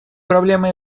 проблемой